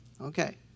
Okay